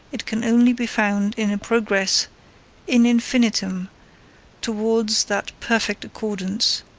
it can only be found in a progress in infinitum towards that perfect accordance,